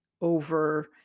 over